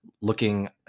looking